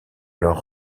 leurs